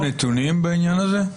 יש לכם נתונים בעניין הזה?